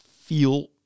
feel